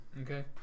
Okay